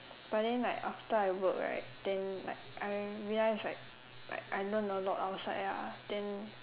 but then like after I work right then like I realise right like I learn a lot outside ah then